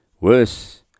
Worse